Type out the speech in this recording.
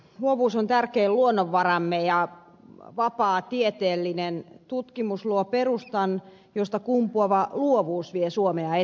luovuus on tärkein luonnonvaramme ja vapaa tieteellinen tutkimus luo perustan josta kumpuava luovuus vie suomea eteenpäin